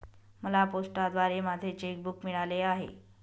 मला पोस्टाद्वारे माझे चेक बूक मिळाले आहे